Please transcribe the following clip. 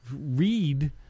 read